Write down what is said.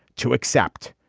to accept.